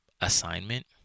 assignment